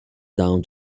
down